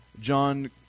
John